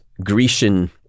Grecian